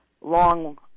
long